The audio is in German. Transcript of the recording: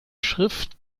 schrift